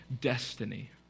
destiny